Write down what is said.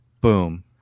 boom